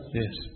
yes